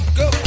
go